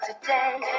today